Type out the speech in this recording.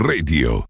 Radio